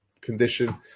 condition